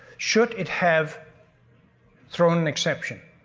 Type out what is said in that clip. should it have thrown an exception?